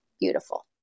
beautiful